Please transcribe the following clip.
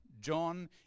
John